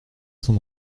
son